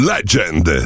Legend